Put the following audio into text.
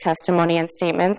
testimony and statement